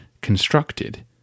constructed